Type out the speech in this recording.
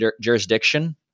jurisdiction